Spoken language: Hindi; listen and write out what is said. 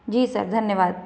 जी सर धन्यवाद